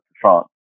France